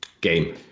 game